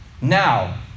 now